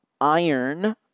iron